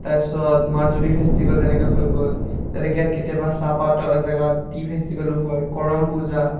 তাৰপিছত মাজুলি ফেষ্টিভেল যেনেকৈ হৈ গ'ল তেনেকৈ কেতিয়াবা চাহপাতৰ জেগাত টি ফেষ্টিভেলো হয় কৰম পূজা